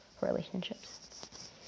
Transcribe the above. relationships